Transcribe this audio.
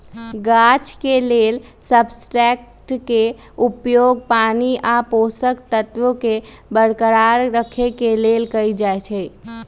गाछ के लेल सबस्ट्रेट्सके उपयोग पानी आ पोषक तत्वोंके बरकरार रखेके लेल कएल जाइ छइ